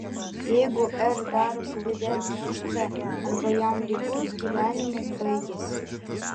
jeigu r darosi didesnis už c arba jam lygus gyvenimas baigiasi